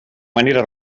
manera